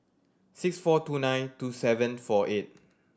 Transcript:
six four two nine two seven four eight